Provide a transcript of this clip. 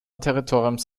territoriums